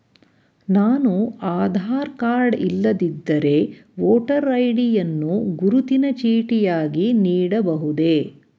ನಾನು ಆಧಾರ ಕಾರ್ಡ್ ಇಲ್ಲದಿದ್ದರೆ voter ID ಯನ್ನು ಗುರುತಿನ ಚೀಟಿಯಾಗಿ ನೀಡಬಹುದೇ?